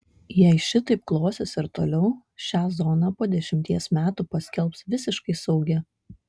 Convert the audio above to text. jei šitaip klosis ir toliau šią zoną po dešimties metų paskelbs visiškai saugia